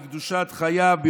בקדושת חייו,